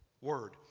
word